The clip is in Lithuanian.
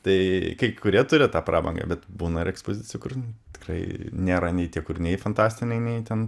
tai kai kurie turi tą prabangą bet būna ir ekspozicijų kur tikrai nėra nei tie kur nei fantastiniai ten